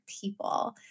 people